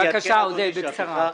בבקשה, עודד, בקצרה.